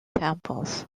temples